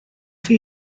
chi